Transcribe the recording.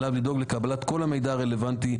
עליו לדאוג לקבלת כל המידע הרלוונטי,